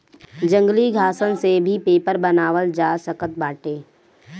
जंगली घासन से भी पेपर बनावल जा सकत बाटे